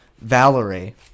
Valerie